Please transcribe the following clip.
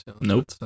Nope